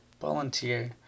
volunteer